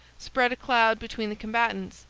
spread a cloud between the combatants,